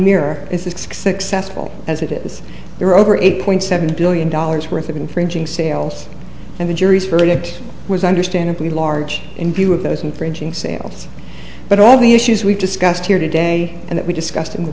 fall as it is there are over eight point seven billion dollars worth of infringing sales and the jury's verdict was understandably large in view of those infringing sales but all the issues we've discussed here today and that we discuss